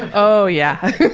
and oh yeah.